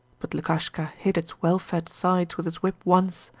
but lukashka hit its well-fed sides with his whip once,